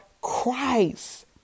Christ